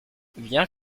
viens